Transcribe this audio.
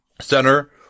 center